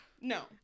no